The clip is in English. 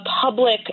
public